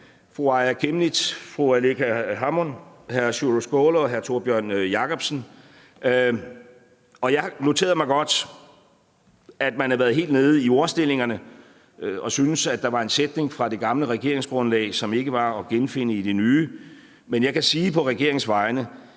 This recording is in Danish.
fru Aaja Chemnitz Larsen, fru Aleqa Hammond, hr. Sjúrður Skaale og hr. Tórbjørn Jacobsen. Og jeg noterede mig godt, at man har været helt nede i ordstillingerne og syntes, at der var en sætning fra det gamle regeringsgrundlag, som ikke var at genfinde i det nye. Men jeg kan sige på regeringens vegne,